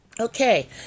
Okay